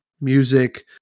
music